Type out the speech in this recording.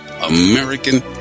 American